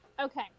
Okay